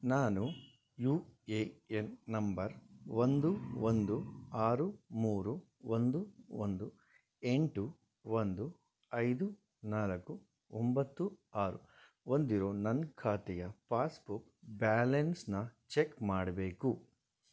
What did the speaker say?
ನಾನು U A N number ಒಂದು ಒಂದು ಆರು ಮೂರು ಒಂದು ಒಂದು ಎಂಟು ಒಂದು ಐದು ನಾಲ್ಕು ಒಂಬತ್ತು ಆರು ಹೊಂದಿರೋ ನನ್ನ ಖಾತೆಯ ಪಾಸ್ಬುಕ್ ಬ್ಯಾಲೆನ್ಸನ್ನು ಚೆಕ್ ಮಾಡಬೇಕು